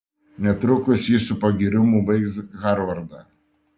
netrukus jis su pagyrimu baigs harvardą